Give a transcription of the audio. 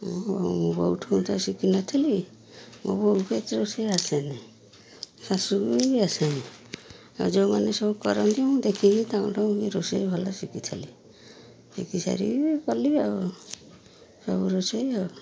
ମୁଁ ମୁଁ ବୋଉଠୁ ତ ଶିଖିନଥିଲି ମୋ ବୋଉକୁ ଏତେ ରୋଷେଇ ଆସେନି ଶାଶୁକୁ ବି ଆସେନି ଆଉ ଯେଉଁମାନେ ସବୁ କରନ୍ତି ମୁଁ ଦେଖିକି ତାଙ୍କଠୁ କି ରୋଷେଇ ଭଲ ଶିଖିଥିଲି ଶିଖି ସାରିକି ମୁଁ କଲି ଆଉ ସବୁ ରୋଷେଇ ଆଉ